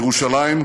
ירושלים,